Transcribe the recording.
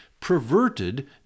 perverted